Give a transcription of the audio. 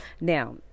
now